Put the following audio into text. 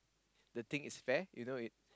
the thing is fair you know